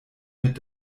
mit